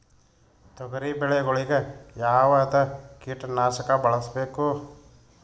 ತೊಗರಿಬೇಳೆ ಗೊಳಿಗ ಯಾವದ ಕೀಟನಾಶಕ ಬಳಸಬೇಕು?